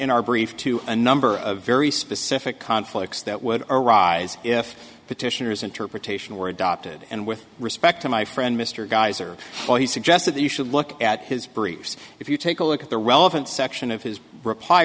in our brief to a number very specific conflicts that would arise if petitioners interpretation were adopted and with respect to my friend mr geyser when he suggested that you should look at his briefs if you take a look at the relevant section of his reply